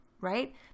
right